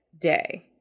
day